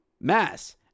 Mass